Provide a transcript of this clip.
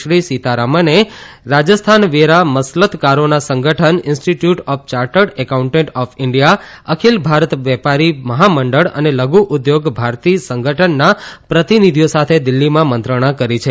શ્રી સીતારામને રાજસ્થાન વેરા મસલતકારોના સંગઠન institute of chartered accountant of India અખિલ ભારત વેપારી મહામંડળ અને લઘુ ઉદ્યોગ ભારતી સંગઠનના પ્રતિનિધીઓ સાથે દિલ્ફીમાં મંત્રણા કરી છે